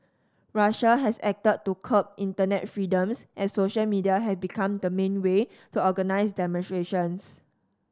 Russia has acted to curb internet freedoms as social media have become the main way to organise demonstrations